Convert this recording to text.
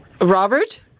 Robert